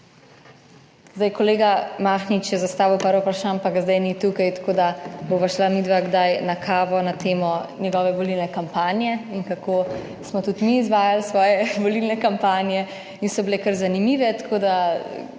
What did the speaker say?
Zdaj, kolega Mahnič je zastavil par vprašanj, pa ga zdaj ni tukaj, tako, da bova šla midva kdaj na kavo, na temo njegove volilne kampanje in kako smo tudi mi izvajali svoje volilne kampanje in so bile kar zanimive, tako, da